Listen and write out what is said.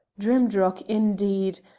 drimdarroch, indeed!